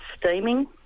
steaming